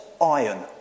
iron